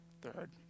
Third